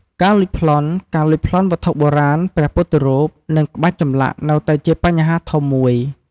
ការលួចប្លន់ ការលួចប្លន់វត្ថុបុរាណ ព្រះពុទ្ធរូប និងក្បាច់ចម្លាក់នៅតែជាបញ្ហាធំមួយ។